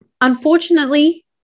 Unfortunately